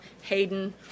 Hayden